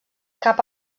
cap